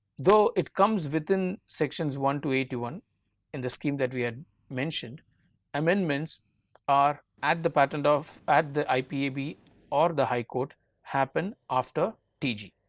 though it comes within sections one to eighty one in the scheme that we had mentioned amendments are at the patent of at the ipab or the high court happened after tg.